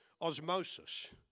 osmosis